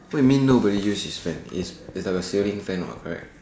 what you mean no but you use his fan is is like a ceiling fan on correct